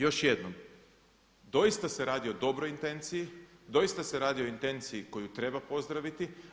Još jednom, doista se radi o dobroj intenciji, doista se radi o intenciji koju treba pozdraviti.